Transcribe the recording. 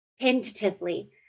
tentatively